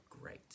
great